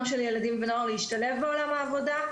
של ילדים ונוער להשתלב בעולם העבודה,